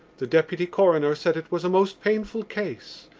the deputy coroner said it was a most painful case,